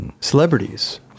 Celebrities